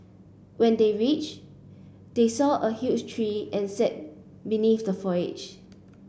when they reached they saw a huge tree and sat beneath the foliage